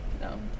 No